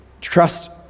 trust